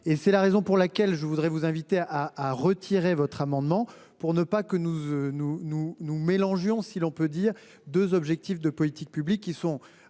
et c'est la raison pour laquelle je voudrais vous inviter à à retirer votre amendement pour ne pas que nous nous nous nous mélangeons si l'on peut dire 2 objectifs de politique publique. Ils sont.